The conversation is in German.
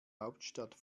hauptstadt